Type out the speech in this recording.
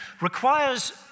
requires